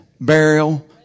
burial